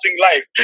life